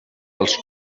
els